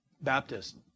Baptist